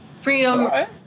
freedom –